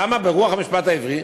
למה ברוח המשפט העברי?